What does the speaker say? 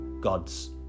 God's